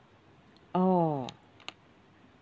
oh